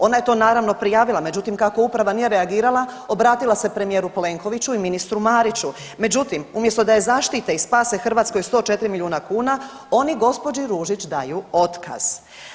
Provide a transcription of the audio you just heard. Ona je to naravno prijavila, međutim kako uprava nije reagirala obratila se premijeru Plenkoviću i ministru Mariću, međutim umjesto da je zaštite i spase Hrvatskoj 104 milijuna kuna, oni gospođi Ružić daju otkaz.